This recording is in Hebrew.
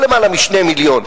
לא למעלה מ-2 מיליון,